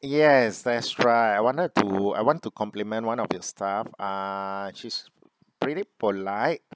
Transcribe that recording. yes that's right I wanted to I want to compliment one of the staff uh she's pretty polite